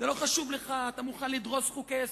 לא חשוב לך ואתה מוכן לדרוס חוקי-יסוד.